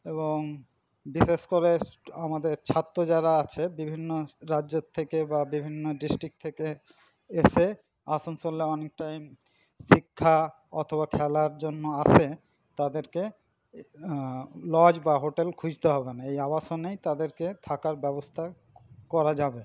এবং বিশেষ করে আমাদের ছাত্র যারা আছে বিভিন্ন রাজ্যের থেকে বা বিভিন্ন ডিস্টিক্ট থেকে এসে আসানসোলে অনেক টাইম শিক্ষা অথবা খেলার জন্য আসে তাদেরকে লজ বা হোটেল খুঁজতে হবে না এই আবাসনেই তাদেরকে থাকার ব্যবস্থা করা যাবে